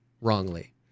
wrongly